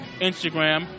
Instagram